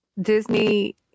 Disney